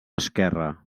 esquerra